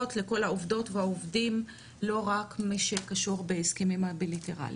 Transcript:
לכל העובדות והעובדים לא רק מי שקשור בהסכמים הבילטרליים.